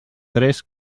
tres